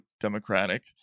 Democratic